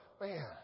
man